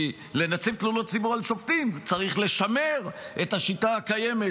כי לנציב תלונות הציבור על שופטים צריך לשמר את השיטה הקיימת,